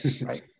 right